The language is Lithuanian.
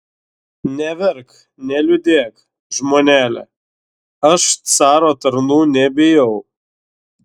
neverk neliūdėk žmonele aš caro tarnų nebijau